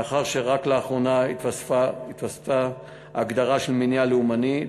מאחר שרק לאחרונה התווספה ההגדרה "מניע לאומני",